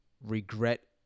regret